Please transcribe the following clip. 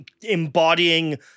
embodying